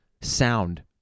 sound